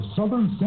Southern